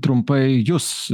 trumpai jus